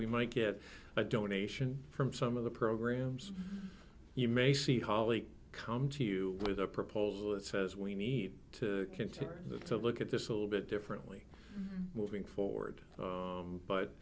we might get a donation from some of the programs you may see holly come to you with a proposal that says we need to continue to look at this a little bit differently moving forward